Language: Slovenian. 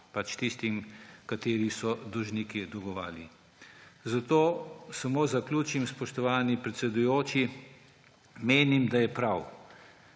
tistim, katerim so dolžniki dolgovali. Samo zaključim, spoštovani predsedujoči, zato menim, da je prav,